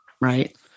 right